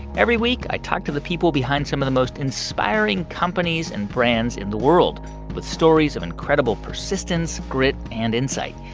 every week, i talk to the people behind some of the most inspiring companies and brands in the world with stories of incredible persistence, grit and insight.